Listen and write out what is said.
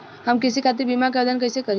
हम कृषि खातिर बीमा क आवेदन कइसे करि?